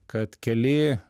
kad keli